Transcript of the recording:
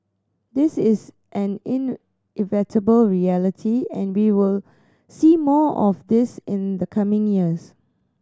this is an inevitable reality and we will see more of this in the coming years